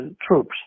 troops